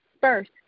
first